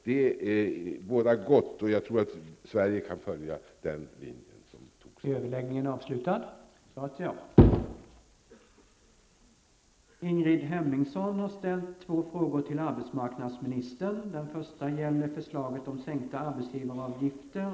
Det bådar gott, och jag tror att Sverige kan följa den linje som antagits.